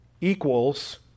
equals